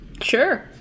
Sure